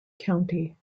county